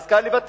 אז כאן לבטל,